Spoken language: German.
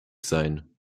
sein